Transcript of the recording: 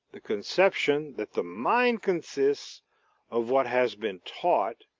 the conception that the mind consists of what has been taught,